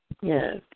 Yes